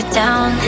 down